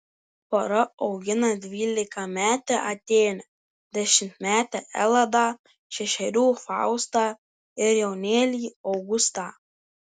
pora augina dvylikametę atėnę dešimtmetę eladą šešerių faustą ir jaunėlį augustą